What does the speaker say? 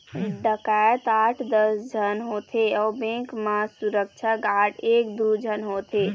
डकैत आठ दस झन होथे अउ बेंक म सुरक्छा गार्ड एक दू झन होथे